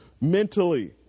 mentally